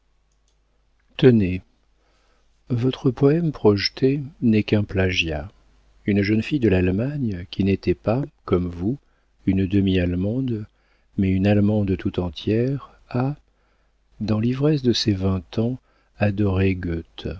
tenez votre poëme projeté n'est qu'un plagiat une jeune fille de l'allemagne qui n'était pas comme vous une demi allemande mais une allemande tout entière a dans l'ivresse de ses vingt ans adoré